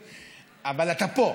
אבל אתה פה,